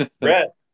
Brett